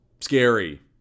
scary